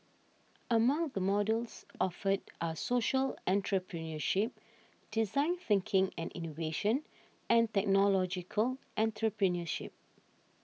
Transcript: among the modules offered are social entrepreneurship design thinking and innovation and technological entrepreneurship